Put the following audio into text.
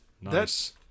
Nice